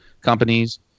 companies